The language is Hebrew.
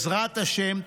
ובעזרת השם,